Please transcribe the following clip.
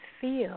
feel